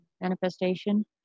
manifestation